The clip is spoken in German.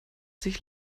sich